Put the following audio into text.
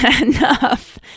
enough